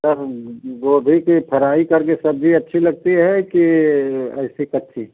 सब गोभी के फ़्राई करके सब्ज़ी अच्छी लगती है कि ऐसे कच्ची